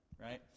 right